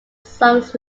songs